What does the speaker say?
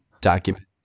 document